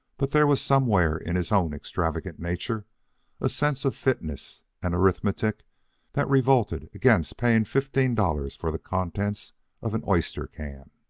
but there was somewhere in his own extravagant nature a sense of fitness and arithmetic that revolted against paying fifteen dollars for the contents of an oyster can.